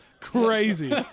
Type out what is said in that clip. crazy